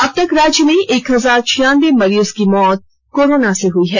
अब तक राज्य में एक हजार छियानबे मरीज की मौत कोरोना से हई है